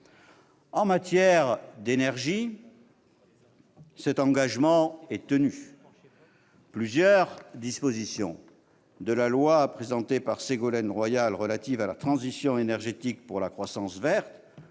En matière d'énergie, cet engagement est tenu. Plusieurs dispositions de la loi du 17 août 2015 relative à la transition énergétique pour la croissance verte,